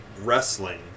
wrestling